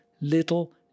little